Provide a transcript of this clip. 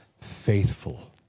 faithful